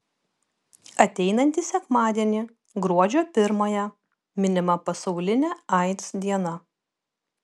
ateinantį sekmadienį gruodžio pirmąją minima pasaulinė aids diena